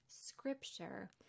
scripture